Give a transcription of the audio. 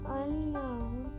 unknown